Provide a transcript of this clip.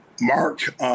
Mark